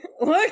Look